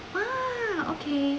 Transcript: !wah! okay